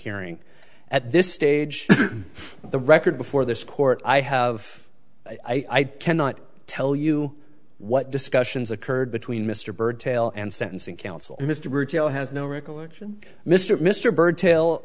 hearing at this stage the record before this court i have i cannot tell you what discussions occurred between mr byrd tail and sentencing counsel mr ruggiero has no recollection mr mr byrd til